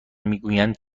میگویند